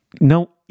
no